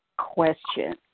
question